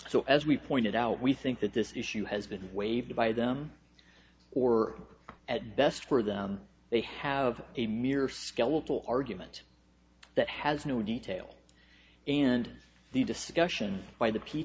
so as we pointed out we think that this issue has been waived by them or at best for them they have a mere skeletal argument that has no detail and the discussion by the p